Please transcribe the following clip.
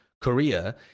Korea